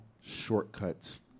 shortcuts